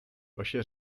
vaše